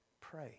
Pray